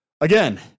again